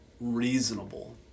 reasonable